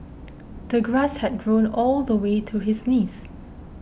the grass had grown all the way to his knees